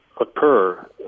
occur